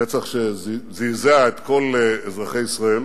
רצח שזעזע את כל אזרחי ישראל.